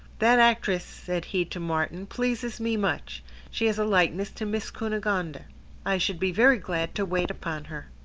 that actress, said he to martin, pleases me much she has a likeness to miss cunegonde i should be very glad to wait upon her.